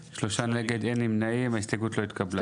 בעד, 1 נגד, 3 נמנעים, 0 ההסתייגות לא התקבלה.